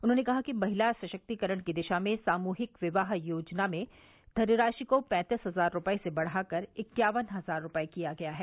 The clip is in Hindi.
उन्होंने कहा कि महिला सशक्तीकरण की दिशा में सामूहिक विवाह योजना में धनराशि को पैंतीस हजार रूपये से बढ़ाकर इक्यावन हजार रूपये किया गया है